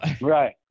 Right